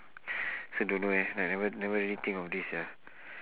also don't know eh I never never really think of this sia